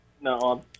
No